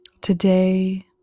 Today